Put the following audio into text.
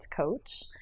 coach